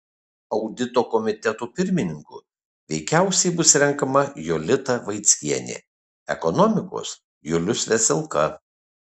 audito komiteto pirmininku veikiausiai bus renkama jolita vaickienė ekonomikos julius veselka